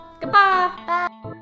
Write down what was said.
Goodbye